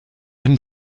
ein